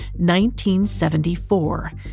1974